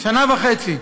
שנה וחצי,